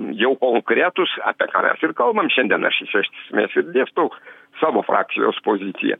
jau konkretūs apie ką mes ir kalbam šiandien aš iš esmės ir dėstau savo frakcijos poziciją